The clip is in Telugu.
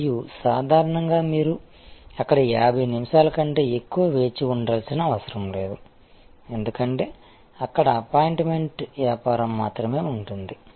మరియు సాధారణంగా మీరు అక్కడ 50 నిమిషాల కంటే ఎక్కువ వేచి ఉండాల్సిన అవసరం లేదు ఎందుకంటే అక్కడ అపాయింట్మెంట్ వ్యాపారం మాత్రమే ఉంటుంది